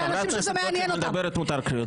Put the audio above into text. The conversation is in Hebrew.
כשחברת הכנסת גוטליב מדברת מותר קריאות ביניים.